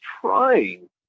trying